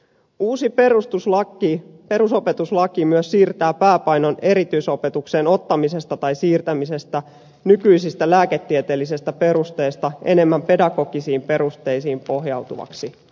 uusi perusopetuslaki myös siirtää pääpainon erityisopetukseen ottamisessa tai siirtämisessä nykyisistä lääketieteellisistä perusteista enemmän pedagogisiin perusteisiin pohjautuvaksi